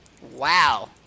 Wow